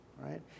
Right